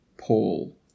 Paul